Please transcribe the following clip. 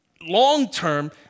long-term